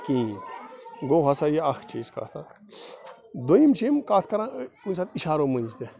کِہیٖنۍ گوٚو ہسا یہِ اَکھ چیٖز کَتھ اَکھ دٔیِم چھِ یِم کَتھ کَران کُنہِ ساتہٕ اِشارو مٔنٛزۍ تہِ